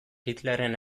hitlerren